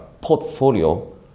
portfolio